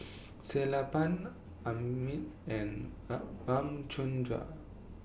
Sellapan Amit and Ramchundra